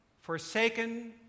forsaken